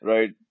Right